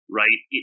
right